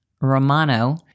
Romano